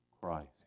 Christ